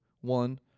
one